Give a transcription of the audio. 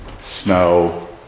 snow